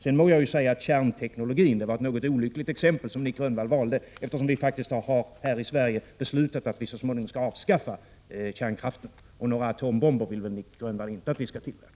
Sedan må jag säga att det exempel som Nic Grönvall valde, kärnteknologin, var något olyckligt, eftersom vi i Sverige faktiskt har beslutat att vi så småningom skall avskaffa kärnkraften. Och några atombomber vill väl inte Nic Grönvall att vi skall tillverka.